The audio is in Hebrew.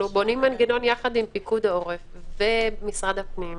אנחנו בונים מנגנון יחד עם פיקוד העורף ומשרד הפנים,